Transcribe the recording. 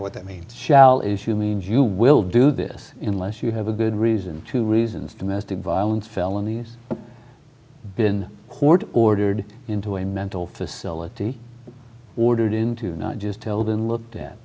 know what it means shall issue means you will do this in less you have a good reason two reasons domestic violence felonies been court ordered into a mental facility ordered into not just held and looked at